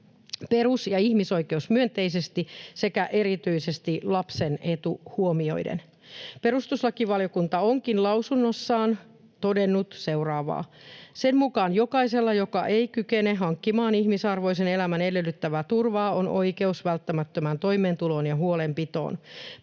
perus- ja ihmisoikeusmyönteisesti sekä erityisesti lapsen etu huomioiden. Perustuslakivaliokunta onkin lausunnossaan todennut seuraavaa: Sen mukaan jokaisella, joka ei kykene hankkimaan ihmisarvoisen elämän edellyttämää turvaa, on oikeus välttämättömään toimeentuloon ja huolenpitoon.